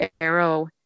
arrow